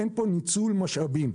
אין פה ניצול משאבים.